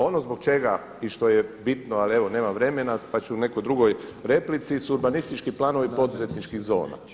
Ono zbog čega i što je bitno, ali evo nemam vremena pa ću u nekoj drugoj replici, su urbanistički planovi poduzetničkih zona.